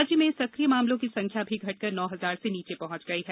राज्य में सकिय मामलों की संख्या भी घटकर नौ हजार से नीचे पहुंच गई है